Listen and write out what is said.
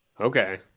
Okay